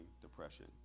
depression